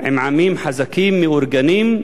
בעמים חזקים, מאורגנים,